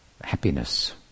happiness